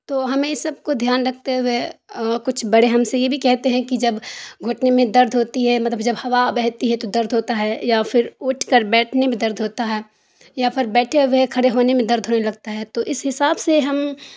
تو ہمیں ای سب کو دھیان رکھتے ہوئے کچھ بڑے ہم سے یہ بھی کہتے ہیں کہ جب گھٹنے میں درد ہوتی ہے مطلب جب ہوا بہتی ہے تو درد ہوتا ہے یا پھر اٹھ کر بیٹھنے میں درد ہوتا ہے یا پھر بیٹھے ہوئے کھڑے ہونے میں درد ہونے لگتا ہے تو اس حساب سے ہم